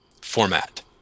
format